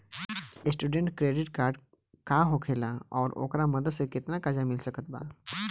Student credit card का होखेला और ओकरा मदद से केतना कर्जा मिल सकत बा?